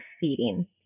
feeding